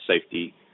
safety